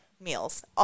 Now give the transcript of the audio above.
meals